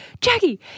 Jackie